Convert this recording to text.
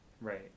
Right